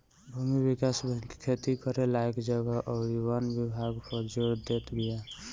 भूमि विकास बैंक खेती करे लायक जगह अउरी वन विकास पअ जोर देत बिया